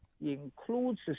includes